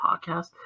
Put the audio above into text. podcast